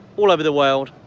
all over the world,